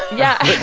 yeah.